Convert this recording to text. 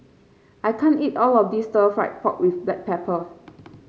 I can't eat all of this Stir Fried Pork with Black Pepper